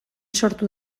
sortu